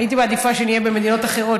הייתי מעדיפה שנהיה שם מדינות אחרות,